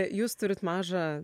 jūs turit mažą